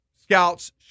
scouts